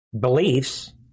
beliefs